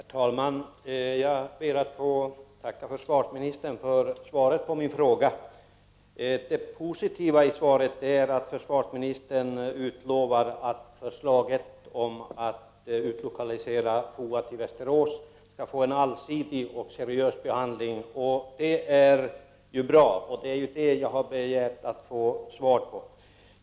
Herr talman! Jag ber att få tacka försvarsministern för svaret på min fråga. Det positiva i svaret är att försvarsministern utlovar att förslaget om att utlo kalisera FOA till Västerås skall få en allsidig och seriös behandling. Det är bra, och detta är det svar jag ville ha.